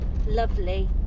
lovely